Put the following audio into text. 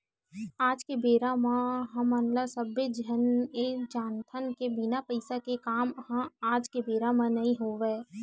आज के बेरा म हमन सब्बे झन ये जानथन के बिना पइसा के काम ह आज के बेरा म नइ होवय